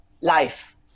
life